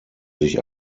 sich